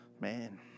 Man